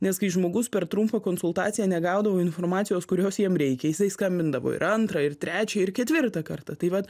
nes kai žmogus per trumpą konsultaciją negaudavo informacijos kurios jiems reikia jisai skambindavo ir antrą ir trečią ir ketvirtą kartą tai vat